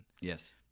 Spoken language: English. Yes